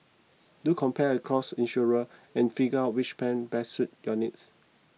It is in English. do compare across insurer and figure which plan best suits your needs